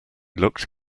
looked